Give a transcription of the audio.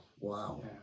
Wow